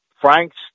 Franks